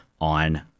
on